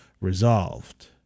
resolved